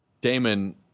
Damon